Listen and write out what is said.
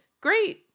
Great